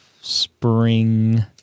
spring